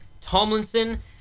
Tomlinson